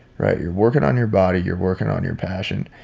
right? you're working on your body, you're working on your passion.